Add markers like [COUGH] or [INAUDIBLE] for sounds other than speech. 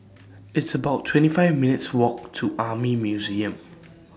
[NOISE] It's about twenty five minutes' Walk to Army Museum